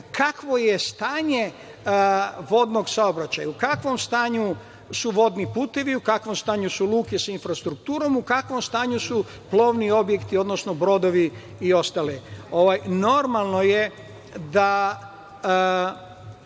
Kakvo je stanje vodnog saobraćaja? U kakvom saobraćaju su vodni putevi? U kakvom stanju su luke sa infrastrukturom? U kakvom stanju su plovni objekti, odnosno brodovi? To stanje u